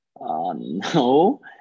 No